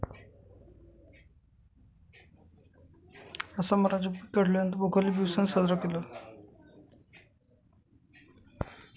आसाम राज्यात पिक काढल्या नंतर भोगाली बिहू सण साजरा केला जातो